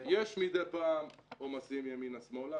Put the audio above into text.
יש מדי פעם עומסים ימינה/שמאלה.